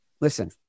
Listen